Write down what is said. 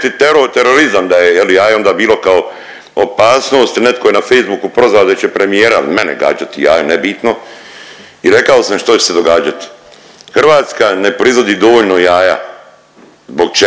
Hrvatska ne proizvodi dovoljno jaja, zbog čega,